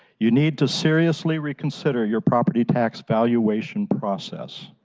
you need to seriously reconsider your property tax evaluation process.